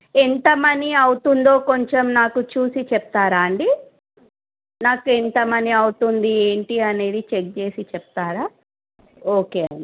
ఎంత మనీ అవుతుందో కొంచెం నాకు చూసి చెప్తారా అండి నాకు ఎంత మనీ అవుతుంది ఏంటి అనేది చెక్ చేసి చెప్తారా ఓకే అండి